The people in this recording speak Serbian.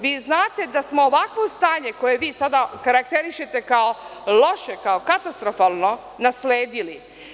Vi znate da smo ovakvo stanje koje vi sada karakterišete kao loše, kao katastrofalno nasledili.